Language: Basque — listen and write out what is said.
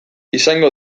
izango